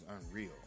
unreal